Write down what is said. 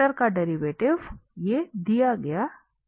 का डेरिवेटिव था